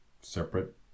separate